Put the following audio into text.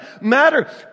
matter